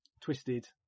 twisted